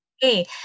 hey